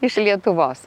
iš lietuvos